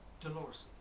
Dolores